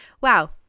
Wow